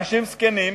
אנשים זקנים.